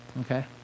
Okay